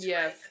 Yes